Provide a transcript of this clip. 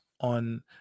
on